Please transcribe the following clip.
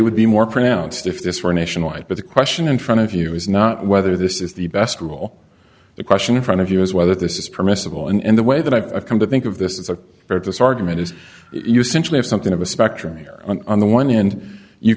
would be more pronounced if this were nationwide but the question in front of you is not whether this is the best rule the question in front of you is whether this is permissible and the way that i've come to think of this is a very this argument is you simply have something of a spectrum here on the one hand you